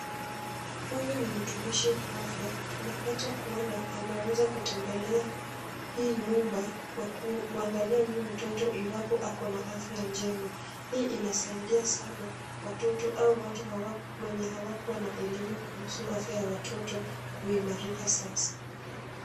Huyu ni mtumishi wa afya. Tunapata kuona ameweza kutembelea hii nyumba kwa kuangalia huyu mtoto iwapo akona afya njema. Hii inasaidia sana watoto au watu wenye hawakuwa na elimu kuhusu afya ya watoto kuimarika sasa.